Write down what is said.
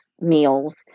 meals